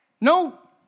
No